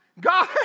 God